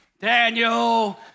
Daniel